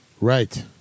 Right